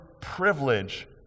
privilege